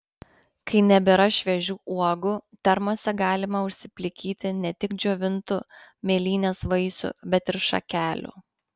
kai nebėra šviežių uogų termose galima užsiplikyti ne tik džiovintų mėlynės vaisių bet ir šakelių